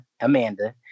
Amanda